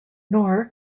nor